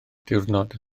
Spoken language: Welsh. diwrnod